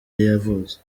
yavutse